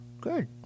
Good